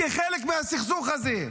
כי זה חלק מהסכסוך הזה.